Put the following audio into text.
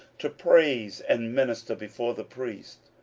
to praise and minister before the priests,